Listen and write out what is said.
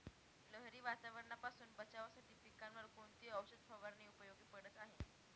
लहरी वातावरणापासून बचावासाठी पिकांवर कोणती औषध फवारणी उपयोगी पडत आहे?